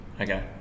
Okay